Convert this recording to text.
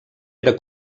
era